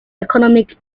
economic